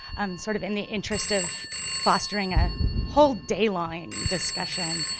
sort of in the interest of fostering a whole day lined discussion,